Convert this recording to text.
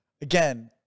Again